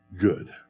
good